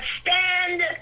stand